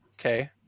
Okay